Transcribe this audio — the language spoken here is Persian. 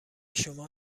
شما